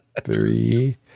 three